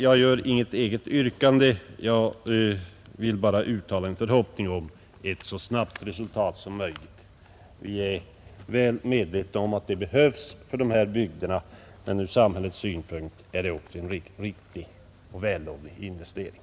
Jag gör inget eget yrkande, jag vill bara uttala en förhoppning om ett så snabbt resultat som möjligt. Vi är väl medvetna om att det behövs för dessa bygder. Ur samhällets synpunkt är det också en riktig och vällovlig investering.